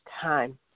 time